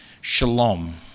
shalom